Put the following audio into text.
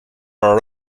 are